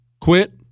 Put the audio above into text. quit